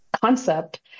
concept